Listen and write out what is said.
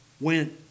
went